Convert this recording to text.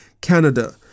Canada